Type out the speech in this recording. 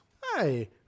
Hi